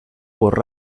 por